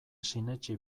sinetsi